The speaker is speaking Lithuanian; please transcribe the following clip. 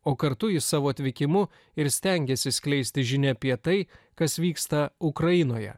o kartu jis savo atvykimu ir stengiasi skleisti žinią apie tai kas vyksta ukrainoje